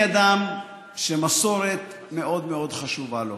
אני אדם שמסורת מאוד חשובה לו.